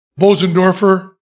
Bosendorfer